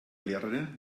lehrerin